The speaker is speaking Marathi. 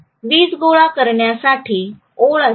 वीज गोळा करण्यासाठी ओळ असते